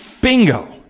Bingo